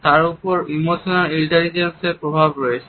তার উপর ইমোশনাল ইন্টেলিজেন্সের প্রভাব রয়েছে